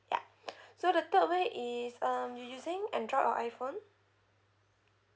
ya so the third way is um you using Android or iPhone